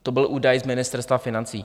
To byl údaj z Ministerstva financí.